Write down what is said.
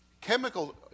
chemical